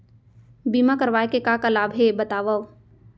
बीमा करवाय के का का लाभ हे बतावव?